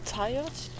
tired